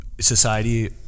society